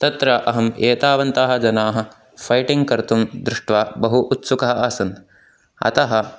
तत्र अहम् एतावन्ताः जनाः फ़ैटिङ्ग् कर्तुं दृष्ट्वा बहु उत्सुकः आसन् अतः